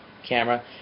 Camera